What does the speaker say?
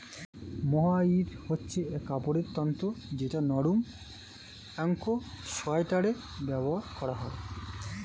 mohair হচ্ছে কাপড়ের তন্তু যেটা নরম একং সোয়াটারে ব্যবহার করা হয়